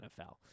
NFL